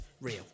real